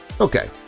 Okay